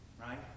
Right